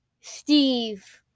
Steve